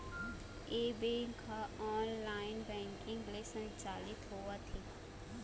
ए bank ह online banking ले संचालित होवत हे